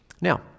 Now